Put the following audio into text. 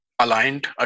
aligned